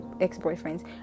ex-boyfriends